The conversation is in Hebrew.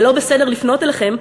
זה לא בסדר לפנות אליכם,